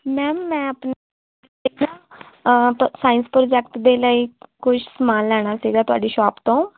ma'am ਮੈਂ ਆਪਣੇ ਨਾ ਸਾਇੰਸ ਪ੍ਰੋਜੈਕਟ ਦੇ ਲਈ ਕੁਛ ਸਮਾਨ ਲੈਣਾ ਸੀਗਾ ਤੁਹਾਡੀ ਸ਼ੋਪ ਤੋਂ